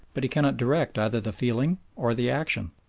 but he cannot direct either the feeling or the action.